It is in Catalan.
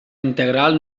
integral